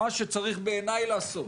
מה שצריך, בעיניי, לעשות